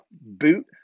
boot